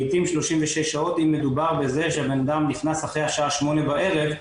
לעתים 36 שעות אם מדובר בזה שאדם נכנס אחרי השעה 20:00 בערב,